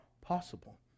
possible